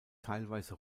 teilweise